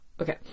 okay